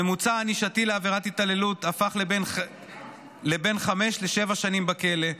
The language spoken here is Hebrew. הממוצע הענישתי לעבירת התעללות הפך לבין חמש לשבע שנים בכלא.